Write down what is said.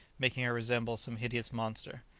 making her resemble some hideous monster.